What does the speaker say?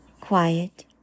quiet